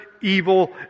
evil